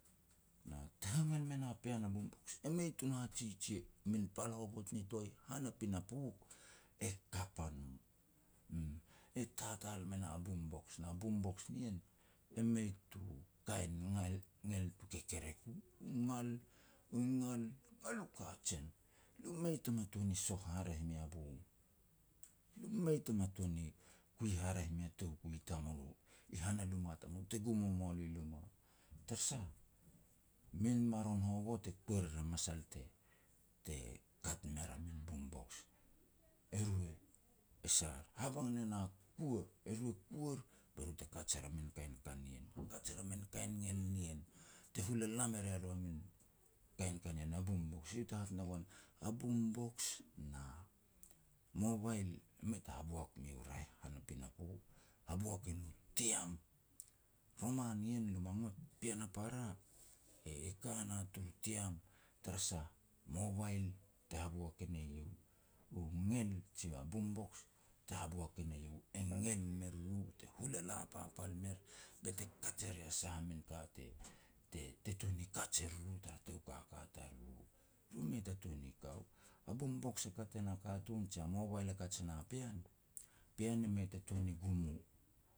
Na te hangal me na pean a boom box, e mei tun hajiji. Min pal hovot nitoa han a pinapo e kap a no, uum. E tatal me na boom box, na boom box nien e mei tu kain ngal ngel tu kekerek u. U ngal, u ngal, u ngal u kajen, lo mu mei tama tuan ni soh haraeh mea bong. Lom mei tama tun ni kui haraeh mea toukui tamulo, i han a luma tamulo, te gum ua moa lo i luma. Tara sah, min maron hovot e kuer er a masal te-te kat mer a min boom box. Eru e sar, habang ne na kua, eru e kuar be ru te kaj er a min kain ka ni ien, kaj er a min kain ngel nien, te hula la me ria ru a min kain ka nien, a boom box. Iau te hat ne goan, a boom box na mobile e mei ta haboak miu raeh han a pinapo, haboak e nu tiam. Roman ien, lo ma ngot, pean a para e-e ka na turu tiam, tara sah, mobile te haboak e ne iau, u ngel jia boom box te haboak e ne iau. E ngel me riru, be te hulala papal mer, be te kaj e ria min sa min ka te-te tuan ni kaj e ruru tara tou kaka taruru. Ru mei ta tuan ni ka u. A boom box e kat e na katun, jia mobile e kaj e na pean, e mei ta tuan ni gum u.